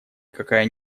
какая